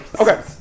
Okay